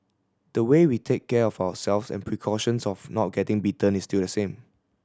the way we take care of ourselves and precautions of not getting bitten is still the same